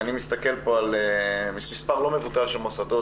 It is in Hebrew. אני מסתכל על מספר לא מבוטל של מוסדות